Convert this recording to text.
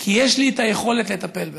כי יש לי יכולת לטפל בעצמי.